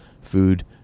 food